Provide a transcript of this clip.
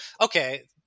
okay